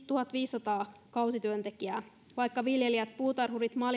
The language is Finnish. tuhatviisisataa kausityöntekijää vaikka viljelijät puutarhurit ja